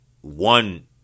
one –